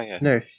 No